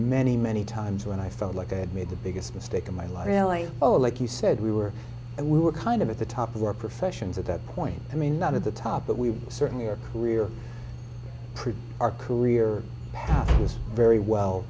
many many times when i felt like i had made the biggest mistake of my life really oh like you said we were and we were kind of at the top of our professions at that point i mean not at the top but we certainly are career proof our career is very well